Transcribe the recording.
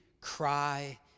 cry